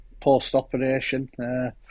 post-operation